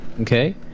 okay